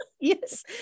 Yes